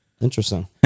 Interesting